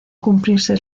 cumplirse